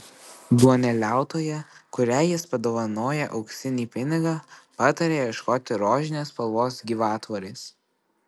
duoneliautoja kuriai jis padovanoja auksinį pinigą pataria ieškoti rožinės spalvos gyvatvorės